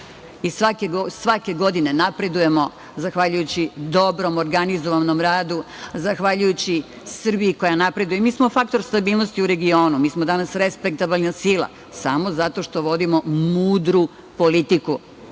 Svake godine napredujemo zahvaljujući dobrom, organizovanom radu, zahvaljujući Srbiji koja napreduj. Mi smo faktor stabilnosti u regionu. Mi smo danas respektabilna sila, samo zato što vodimo mudru politiku.